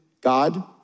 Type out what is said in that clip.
God